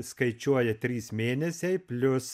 skaičiuoja trys mėnesiai plius